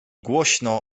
głośno